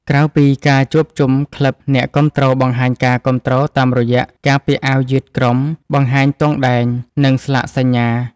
ក្រៅពីការជួបជុំ ក្លឹបអ្នកគាំទ្របង្ហាញការគាំទ្រតាមរយៈការពាក់អាវយឺតក្រុម បង្ហាញទង់ដែង និងស្លាកសញ្ញា។